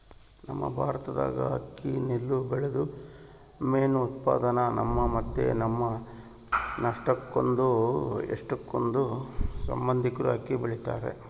ನಮ್ ಭಾರತ್ದಾಗ ಅಕ್ಕಿ ನೆಲ್ಲು ಬೆಳ್ಯೇದು ಮೇನ್ ಉತ್ಪನ್ನ, ನಮ್ಮ ಮತ್ತೆ ನಮ್ ಎಷ್ಟಕೊಂದ್ ಸಂಬಂದಿಕ್ರು ಅಕ್ಕಿ ಬೆಳಿತಾರ